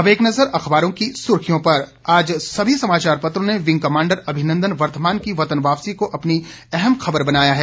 अब एक नजर अखबारों की सुर्खियों पर आज सभी समाचार पत्रों ने विंग कमांडर अभिनंदन वर्द्वमान की वतन वापसी को अपनी अहम खबर बनाया है